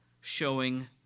showing